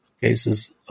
cases